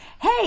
hey